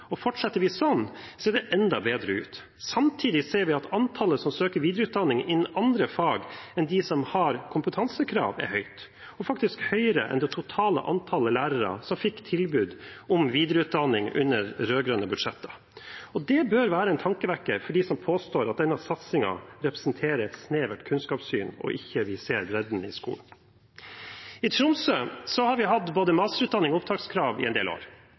og fortsetter vi sånn, ser det enda bedre ut. Samtidig ser vi at antallet som søker videreutdanning innen andre fag enn de som har kompetansekrav, er høyt, og faktisk høyere enn det totale antallet lærere som fikk tilbud om videreutdanning under de rød-grønne budsjettene. Det bør være en tankevekker for dem som påstår at denne satsingen representerer et snevert kunnskapssyn, og at vi ikke ser bredden i skolen. I Tromsø har vi hatt både masterutdanning og opptakskrav i en del år.